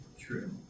true